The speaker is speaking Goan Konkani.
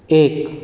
एक